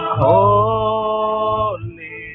holy